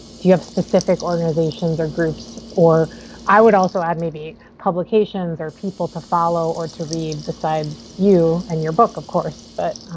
do you have specific organizations or groups or i would also add maybe publications or people to follow or to read besides you and your book, of course. but